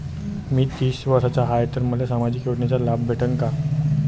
मी तीस वर्षाचा हाय तर मले सामाजिक योजनेचा लाभ भेटन का?